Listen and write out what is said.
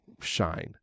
shine